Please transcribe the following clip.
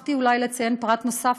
שכחתי אולי לציין פרט נוסף,